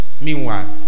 Meanwhile